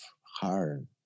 hard